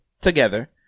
together